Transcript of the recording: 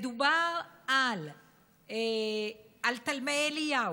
מדובר על תלמי אליהו,